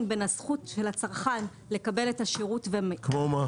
בין הזכות של הצרכן לקבל את השירות -- כמו מה?